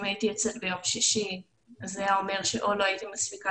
אם הייתי יוצאת ביום שישי זה היה אומר או שלא הייתי מספיקה